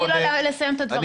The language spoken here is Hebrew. תני לו לסיים את הדברים,